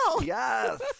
Yes